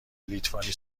لیتوانی